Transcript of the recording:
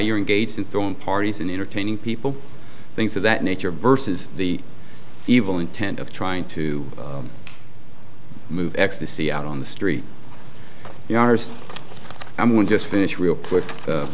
you're engaged in throwing parties and entertaining people things of that nature versus the evil intent of trying to move ecstasy out on the street i'm going just finish real quick